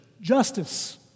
justice